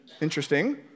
interesting